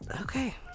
Okay